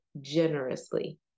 generously